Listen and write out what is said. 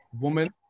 woman